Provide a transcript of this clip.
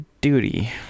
duty